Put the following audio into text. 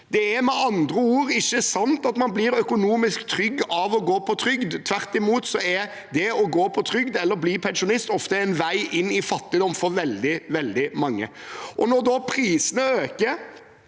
Det er med andre ord ikke sant at man blir økonomisk trygg av å gå på trygd. Tvert imot er det å gå på trygd eller å bli pensjonist ofte en vei inn i fattigdom for veldig, veldig mange. Når da prisene øker